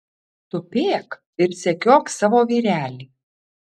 tupėk ir sekiok savo vyrelį